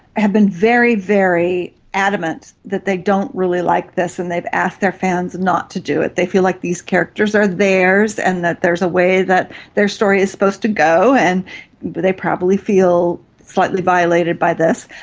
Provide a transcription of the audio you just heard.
have been very, very adamant that they don't really like this and they've asked their fans not to do it. they feel like these characters are theirs and there's a way that their story is supposed to go, and they probably feel slightly violated by this.